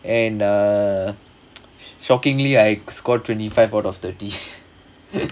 and uh shockingly I scored twenty five out of thirty